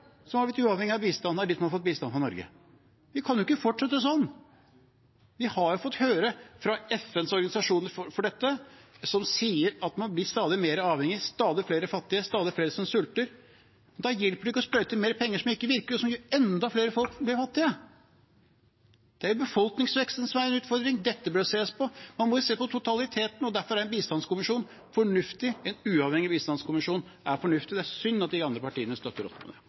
som har blitt uavhengig av bistand av dem som har fått bistand fra Norge. Vi kan jo ikke fortsette sånn! Vi har fått høre fra FNs organisasjoner for dette, at man blir stadig mer avhengig, stadig flere blir fattige, og stadig flere sulter. Da hjelper det jo ikke å sprøyte inn mer penger som ikke virker, og som gjør at enda flere folk blir fattige. Det er jo befolkningsveksten som er en utfordring. Det bør det ses på. Man må se på totaliteten, og derfor er en uavhengig bistandskommisjon fornuftig, og det er synd at ikke de andre partiene støtter opp om det.